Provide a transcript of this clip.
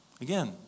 Again